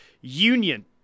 Union